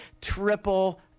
Triple-